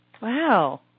Wow